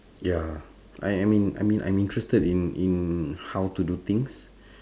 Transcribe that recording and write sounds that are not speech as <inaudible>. ya I am in~ I in~ I'm interested in in how to do things <breath>